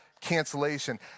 cancellation